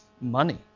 money